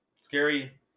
Scary